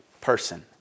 person